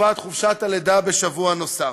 תקופת חופשת הלידה בשבוע נוסף.